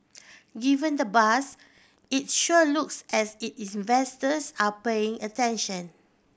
given the buzz it sure looks as E investors are paying attention